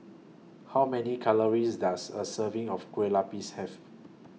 How Many Calories Does A Serving of Kueh Lupis Have